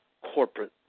corporate